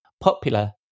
popular